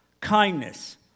kindness